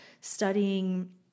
studying